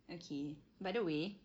okay by the way